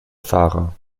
fahrer